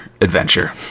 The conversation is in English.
adventure